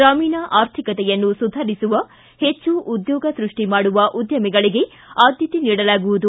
ಗ್ರಾಮೀಣ ಆರ್ಥಿಕತೆಯನ್ನು ಸುಧಾರಿಸುವ ಹೆಚ್ಚು ಉದ್ಯೋಗ ಸೃಷ್ಟಿ ಮಾಡುವ ಉದ್ಯಮಗಳಿಗೆ ಆದ್ಯತೆ ನೀಡಲಾಗುವುದು